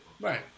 Right